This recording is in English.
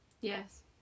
Yes